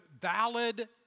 valid